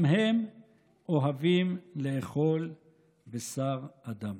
גם הם אוהבים לאכול בשר אדם.